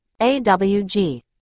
AWG